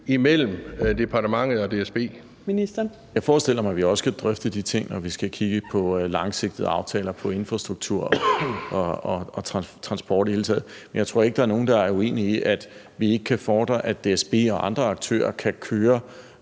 (Benny Engelbrecht): Jeg forestiller mig, at vi også skal drøfte de ting, når vi skal kigge på langsigtede aftaler, på infrastruktur og transport i det hele taget. Men jeg tror ikke, der er nogen, der er uenige i, at vi ikke kan fordre, at DSB og andre aktører kan køre